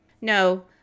No